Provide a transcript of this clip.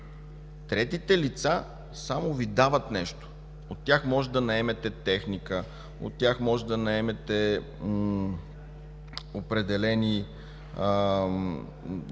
третите лица само Ви дават нещо. От тях можете да наемете техника, от тях можете да наемете определени